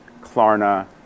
Klarna